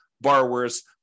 borrowers